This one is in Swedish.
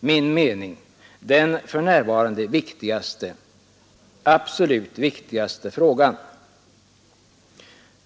min mening den för närvarande viktigaste — absolut viktigaste — frågan.